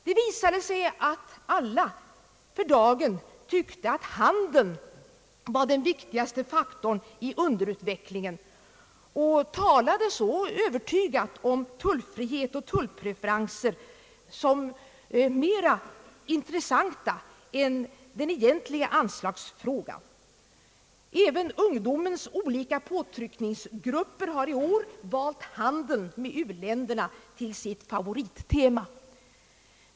Det visade sig att alla för dagen tyckte att handeln var den viktigaste faktorn i underutvecklingen och talade så övertygat om tullfrihet och tullpreferenser som mera intressanta än den egentliga anslagsfrågan. Även ungdomens olika påtryckningsgrupper har i år utvalt handeln med u-länderna som sitt favorittema.